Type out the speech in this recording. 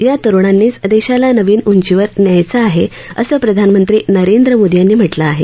या तरुणांनीच देशाला नवीन उंचीवर न्यायचं आहे असं प्रधानमंत्री नरेंद्र मोदी यांनी म्हटलं आहे